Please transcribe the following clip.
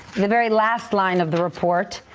the very last line of the report,